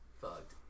fucked